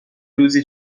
روزی